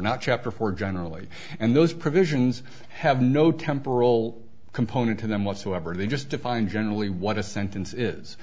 not chapter four generally and those provisions have no temporal component to them whatsoever they just define generally what a sentence is